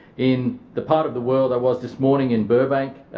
in the part of the world i was this morning in burbank,